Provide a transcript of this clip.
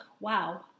wow